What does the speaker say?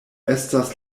estas